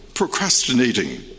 procrastinating